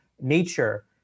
nature